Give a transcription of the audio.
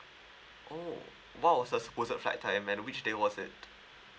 oh !wow! so suppose your flight time and which day was it